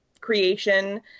creation